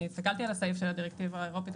אני הסתכלתי על הסעיף של הדירקטיבה האירופית,